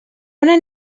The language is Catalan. una